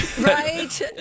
Right